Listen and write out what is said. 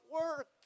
work